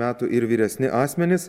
metų ir vyresni asmenys